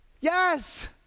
Yes